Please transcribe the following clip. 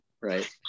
right